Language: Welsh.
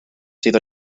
sydd